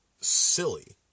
silly